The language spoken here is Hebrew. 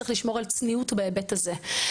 צריכים לשמור על צניעות בהיבט הזה.